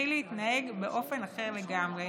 תתחיל להתנהג באופן אחר לגמרי